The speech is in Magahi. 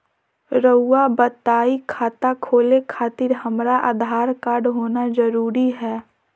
रउआ बताई खाता खोले खातिर हमरा आधार कार्ड होना जरूरी है?